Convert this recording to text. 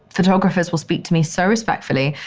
photographers will speak to me so respectfully,